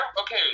okay